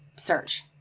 search,